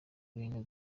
bintu